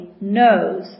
knows